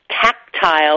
tactile